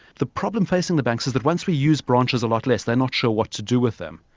the problem facing the banks is that once we use branches a lot less, they are not sure what to do with them.